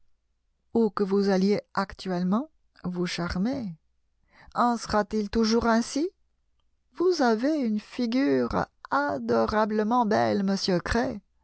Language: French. où que vous alliez actuellement vous charmez en sera-t-il toujours ainsi vous avez une ligure adorablement belle